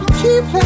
keep